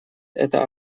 это